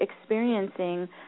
experiencing